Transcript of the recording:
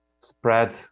spread